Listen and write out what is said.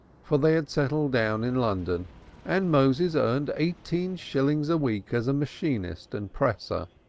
for they had settled down in london and moses earned eighteen shillings a week as a machinist and presser,